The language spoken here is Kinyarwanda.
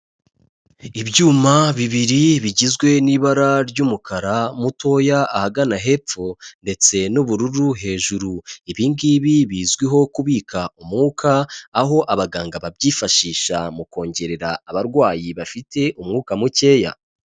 Ibyuma bibiri bigizwe n'ibara ry'umukara mutoya ahagana hepfo ndetse n'ubururu hejuru, ibi ngibi bizwiho kubika umwuka, aho abaganga babyifashisha mu kongerera abarwayi bafite umwuka mukeya.